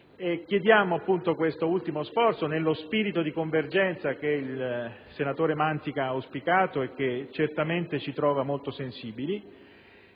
Chiediamo questo ultimo sforzo, nello spirito di convergenza che il Sottosegretario ha auspicato e che certamente ci trova molto sensibili.